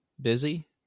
busy